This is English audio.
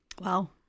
Wow